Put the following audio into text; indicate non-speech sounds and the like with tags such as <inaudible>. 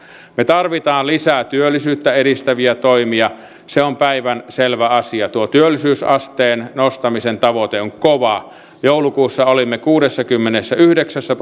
me tarvitsemme lisää työllisyyttä edistäviä toimia se on päivänselvä asia tuo työllisyysasteen nostamisen tavoite on kova joulukuussa olimme kuudessakymmenessäyhdeksässä <unintelligible>